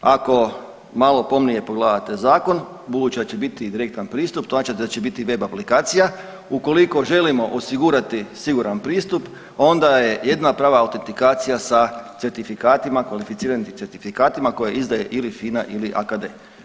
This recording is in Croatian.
Ako malo pomnije pogledate zakon, budući da će biti i direktan pristup to znači da će biti web aplikacija, ukoliko želimo osigurati siguran pristup onda je jedina prava autentikacija sa certifikatima, kvalificiranim certifikatima koje izdaje ili FINA ili AKD.